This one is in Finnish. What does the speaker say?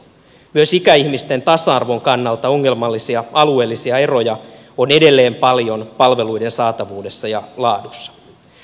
myös ikäihmisten tasa arvon kannalta ongelmallisia alueellisia eroja on edelleen paljon palveluiden saatavuudessa ja laadussa